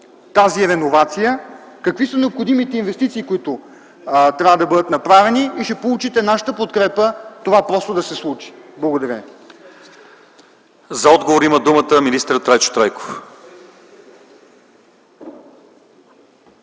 тази реновация, какви са необходимите инвестиции, които трябва да бъдат направени. И ще получите нашата подкрепа това просто да се случи. Благодаря ви. ПРЕДСЕДАТЕЛ ЛЪЧЕЗАР ИВАНОВ: За отговор има думата министър Трайчо Трайков.